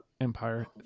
Empire